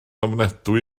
ofnadwy